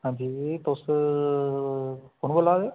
हां जी तुस कौन बोल्ला दे